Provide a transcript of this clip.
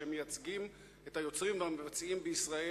שמייצגים את היוצרים והמבצעים בישראל.